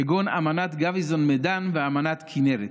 כגון אמנת גביזון-מדן ואמנת כינרת.